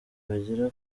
bagera